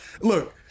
Look